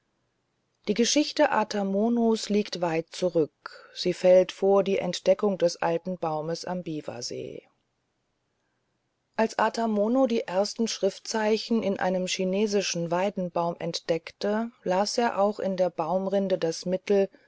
die geschichte ata monos liegt weit zurück sie fällt vor die entdeckung des alten baumes am biwasee als ata mono die ersten schriftzeichen in einem chinesischen weidenbaum entdeckte las er auch in der baumrinde das mittel